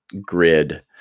grid